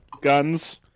guns